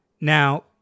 Now